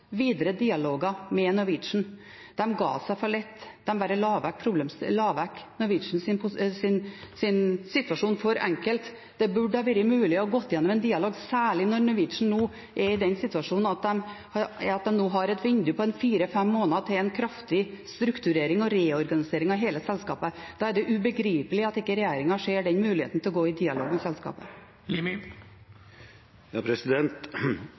videre i dialog med Norwegian. De ga seg for lett, de bare la vekk Norwegians situasjon for enkelt. Det burde vært mulig å ha gått i en dialog, særlig når Norwegian er i den situasjonen at de nå har et vindu på fire-fem måneder til en kraftig strukturering og reorganisering av hele selskapet. Da er det ubegripelig at ikke regjeringen ser muligheten til å gå i dialog med selskapet.